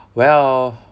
well